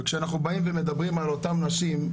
וכשאנחנו באים ומדברים על אותן נשים,